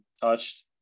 touched